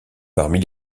parmi